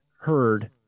heard